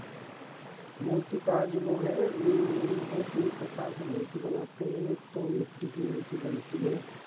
मूर्तिकार जो लोग हैं दो तीन प्रकार से मूर्ति बनाते हैं एक तो मिट्टी की मूर्ति बनती है